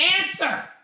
answer